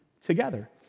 together